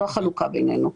זו החלוקה בינינו.